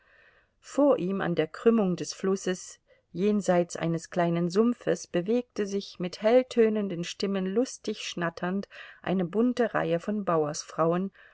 vor ihm an der krümmung des flusses jenseits eines kleinen sumpfes bewegte sich mit helltönenden stimmen lustig schnatternd eine bunte reihe von